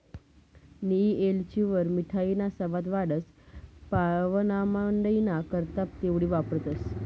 नियी येलचीवरी मिठाईना सवाद वाढस, पाव्हणामंडईना करता तेवढी वापरतंस